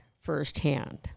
firsthand